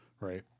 right